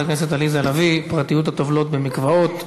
הכנסת עליזה לביא: פרטיות הטובלות במקוואות.